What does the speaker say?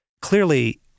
Clearly